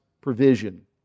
provision